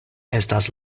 estas